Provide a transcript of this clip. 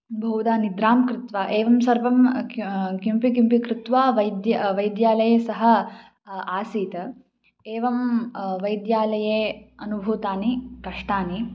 बहुधा निद्रां कृत्वा एवं सर्वं किमपि किमपि कृत्वा वैद्यं वैद्यालये सः आसीत् एवं वैद्यालये अनुभूतानि कष्टानि